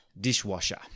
dishwasher